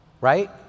right